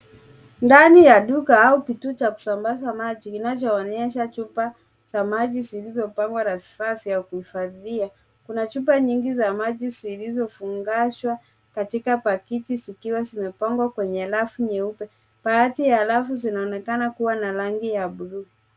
Ndani ya duka au kituo cha kusambaza maji kinachoonyesha chupa za maji zilizopangwa na vifaa vya kuhifadhia. Kuna chupa nyingi za maji zilizofungashwa katika pakiti zikiwa zimepangwa kwenye rafu nyeupe. Baadhi ya rafu zinaonekana kuwa na rangi ya bluu.